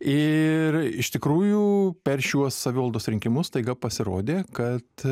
ir iš tikrųjų per šiuos savivaldos rinkimus staiga pasirodė kad